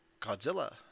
Godzilla